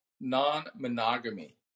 Non-Monogamy